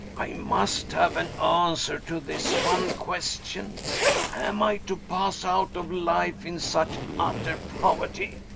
i must have an answer to this one question. am i to pass out of life in such utter poverty?